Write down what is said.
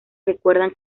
recuerdan